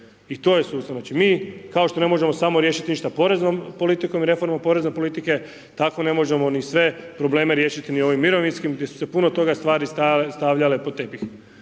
i to je sustav. Mi kao što ne možemo samo riješit ništa poreznom politikom i reformom porezne politike tako ne možemo ni sve probleme riješiti ni ovim mirovinskim gdje su se puno toga stvari stajale, stavljale pod tepih.